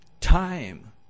time